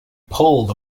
pulled